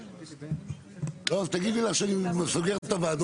ואתה בעצמך אמרת שאתה חושב שהגיעה העת לעשות